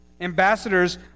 Ambassadors